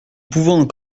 pouvons